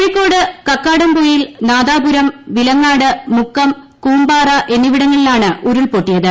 കോഴിക്കോട് കക്കാടംപൊയിൽ നാദാപുരം പ്രവിലങ്ങാട് മുക്കം കൂമ്പാറ എന്നിവിടങ്ങളിലാണ് ഉരുൾപൊട്ടിയത്